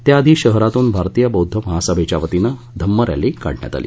त्या पूर्वी शहरातून भारतीय बौद्ध महासभेच्यावतीन धम्म रॅली काढण्यात आली